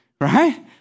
right